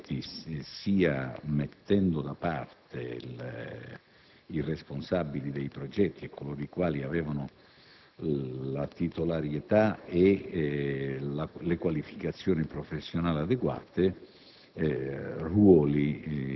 diretti, sia mettendo da parte i responsabili dei progetti e coloro i quali avevano la titolarità e le qualificazioni professionali adeguate,